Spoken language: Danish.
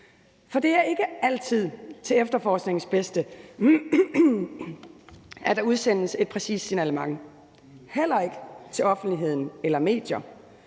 Det er ikke altid til efterforskningens bedste, at der udsendes et præcist signalement, heller ikke til offentligheden eller medier.